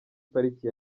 pariki